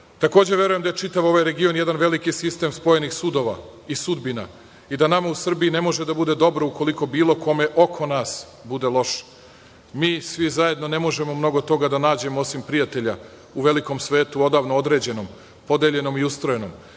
odnose. Takođe, verujem da je čitav ovaj region jedan veliki sistem spojenih sudova i sudbina i da nama u Srbiji ne može da bude dobro ukoliko bilo kome oko nas bude loše. Mi svi zajedno ne možemo mnogo toga da nađemo, osim prijatelja u velikom svetu odavno određenom, podeljenom i ustrojenom,